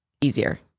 easier